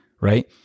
Right